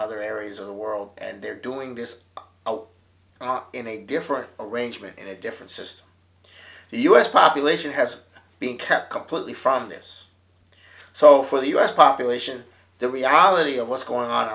other areas of the world and they're doing this out in a different arrangement in a different system the u s population has been kept completely from this so for the u s population the reality of what's going on